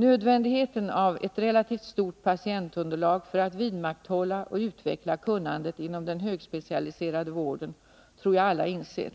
Nödvändigheten av ett relativt stort patientunderlag för att vidmakthålla och utveckla kunnandet inom den högspecialiserade vården tror jag alla inser.